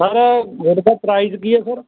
sir ਗੁੜ ਦਾ price ਕੀ ਹੈ ਸਰ